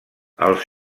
els